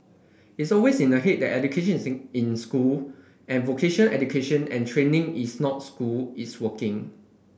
it's always in the head that educations in school and vocation education and training is not school is working